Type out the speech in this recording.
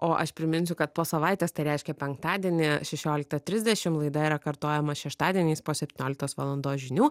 o aš priminsiu kad po savaitės tai reiškia penktadienį šešioliktą trisdešim laida yra kartojama šeštadieniais po septynioliktos valandos žinių